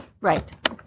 Right